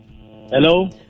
Hello